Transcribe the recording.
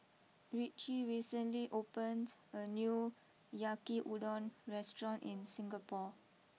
Ritchie recently opened a new Yaki Udon restaurant in Singapore